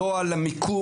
לא על המיקום,